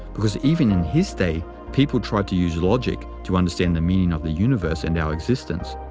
because even in his day people tried to use logic to understand the meaning of the universe and our existence,